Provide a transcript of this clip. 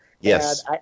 Yes